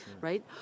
right